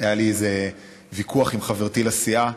היה לי איזה ויכוח עם חברתי לסיעה,